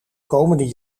komende